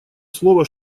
слово